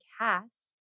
cast